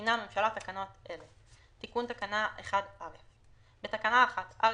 מתקינה הממשלה תקנות אלה: תיקון תקנה 1א1. בתקנה 1א